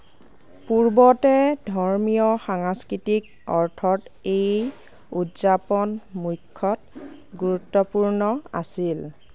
পূৰ্বতে ধৰ্মীয় সাংস্কৃতিক অৰ্থত এই উদযাপন মুখ্যতঃ গুৰুত্বপূৰ্ণ আছিল